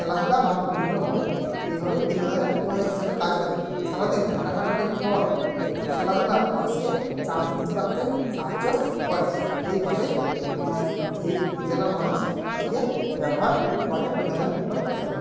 খেলাধূলা বা বিভিন্নভাবে এইভাবেই বিনোদনের উপায় হিসাবে কাজ করে সারা দিন খাটাখাটনির পর একটু খেলাধূলা মানুষকে চাপমুক্ত রাখতে সাহায্য করে এইভাবেই এই জেলার মানুষ এটিকে ব্যবহার করে বিনোদনের উপায় হিসাবে